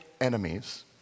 enemies